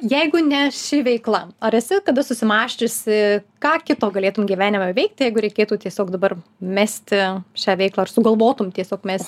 o jeigu ne ši veikla ar esi kada susimąsčiusi ką kito galėtum gyvenime veikti jeigu reikėtų tiesiog dabar mesti šią veiklą ar sugalvotum tiesiog mesti